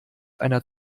einer